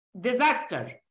disaster